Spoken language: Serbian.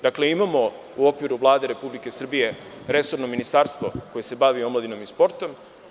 Dakle, imamo u okviru Vlade Republike Srbije resorno ministarstvo koje se bavi omladinom i sportom.